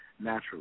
naturally